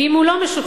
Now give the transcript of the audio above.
ואם הוא לא משוכנע,